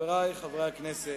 חברי חברי הכנסת,